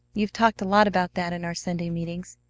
you've talked a lot about that in our sunday meetings,